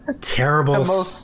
terrible